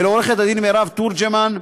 ולעורכת-הדין מרב תורג'מן,